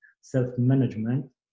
self-management